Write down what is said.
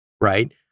right